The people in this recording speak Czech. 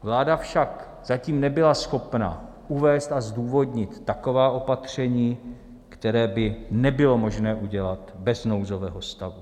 Vláda však zatím nebyla schopna uvést a zdůvodnit taková opatření, která by nebylo možno udělat bez nouzového stavu.